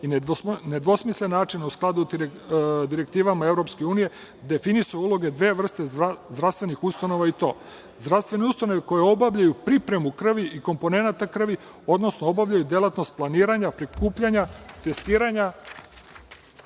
i nedvosmislen način u skladu sa direktivama EU definisao uloge dve vrste zdravstvenih ustanova i to – zdravstvene ustanove koje obavljaju pripremu krvi i komponenata krvi, odnosno obavljaju delatnost planiranja, prikupljanja, testiranja,